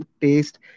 taste